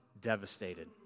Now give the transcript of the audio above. devastated